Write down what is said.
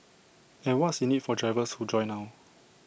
and what's in IT for drivers who join now